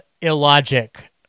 illogic